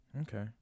okay